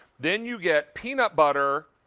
then you get peanut butter,